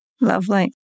Lovely